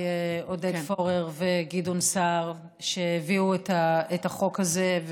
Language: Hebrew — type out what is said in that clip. עודד פורר וגדעון סער שהביאו את החוק הזה,